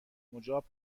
مجاب